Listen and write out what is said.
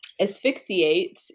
asphyxiate